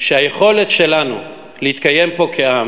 שהיכולת שלנו להתקיים פה כעם